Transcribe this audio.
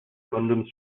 condoms